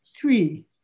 three